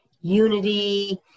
Unity